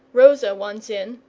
rosa once in,